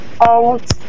out